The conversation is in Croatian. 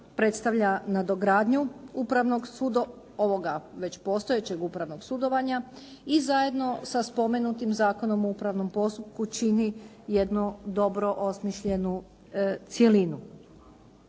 postojećeg upravnog sudovanja i zajedno sa spomenutim Zakonom o upravnom postupku čini jednu dobro osmišljenu cjelinu.